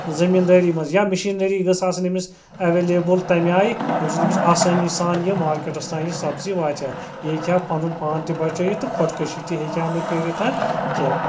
زمیٖندٲری مَنٛز یا مِشیٖنٔری گٔژھ آسٕنۍ أمِس اٮ۪وٮ۪لیبٕل تَمہِ آیہِ ییٚمہِ سۭتۍ أمِس آسٲنی سان یہِ مارکٮ۪ٹَس تام یہِ سبزی واتہ ہا یہِ ہیٚکہِ ہا پَنُن پان تہِ بَچٲیِتھ تہٕ خودکٔشی تہِ ہیٚکہِ ہا نہٕ کٔرِتھ کیٚنٛہہ